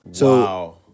Wow